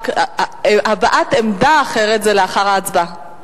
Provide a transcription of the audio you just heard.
הצעה אחרת, הבעת עמדה אחרת זה לאחר ההצבעה.